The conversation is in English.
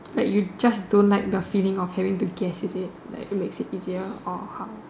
like you just don't like the feeling of having to guess is it like it makes it easier or how